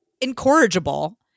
incorrigible